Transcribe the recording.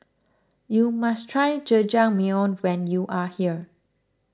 you must try Jajangmyeon when you are here